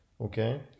okay